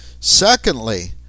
Secondly